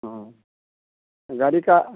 हाँ गाड़ी का